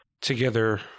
together